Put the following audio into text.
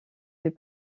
fait